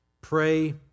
Pray